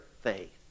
faith